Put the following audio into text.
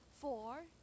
Four